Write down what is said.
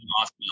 awesome